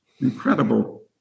incredible